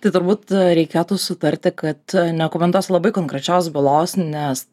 tad turbūt reikėtų sutarti kad nekomentuosiu labai konkrečios bylos nes